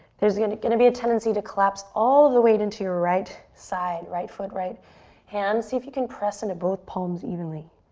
there's going to gonna be a tendency to collapse all of the weight into your right side, right foot, right hand, see if you can press and both palms evenly.